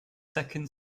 second